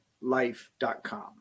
life.com